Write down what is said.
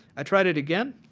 i tried it again